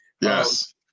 yes